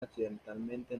accidentalmente